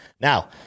Now